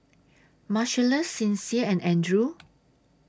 Marcellus Sincere and Andrew